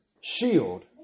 shield